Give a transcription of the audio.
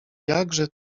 jakże